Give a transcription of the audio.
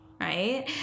right